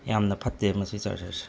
ꯌꯥꯝꯅ ꯐꯠꯇꯦ ꯃꯁꯤ ꯆꯥꯔꯖꯔꯁꯦ